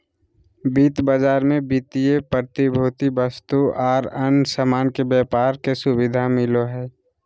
वित्त बाजार मे वित्तीय प्रतिभूति, वस्तु आर अन्य सामान के व्यापार के सुविधा मिलो हय